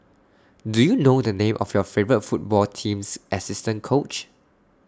do you know the name of your favourite football team's assistant coach